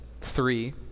three